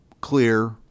clear